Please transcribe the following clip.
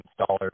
installers